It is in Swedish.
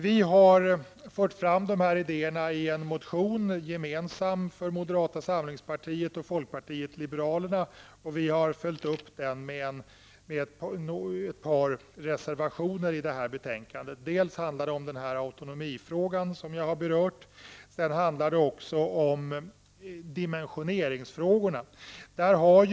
Vi har fört fram dessa ideer i en motion gemensam för moderata samlingspartiet och folkpartiet liberalerna. Vi har följt upp den med ett par reservationer i betänkandet. Det gäller den autonomifråga som jag har berört och dimensioneringsfrågorna.